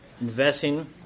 Investing